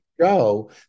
show